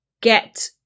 get